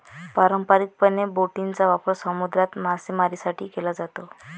पारंपारिकपणे, बोटींचा वापर समुद्रात मासेमारीसाठी केला जातो